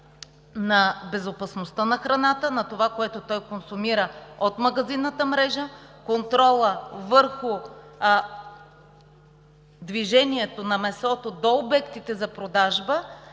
на безопасността на храната – на това, което консумира от магазинната мрежа. Контролът върху движението на месото до обектите за продажба